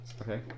Okay